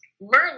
Merlin